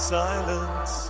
silence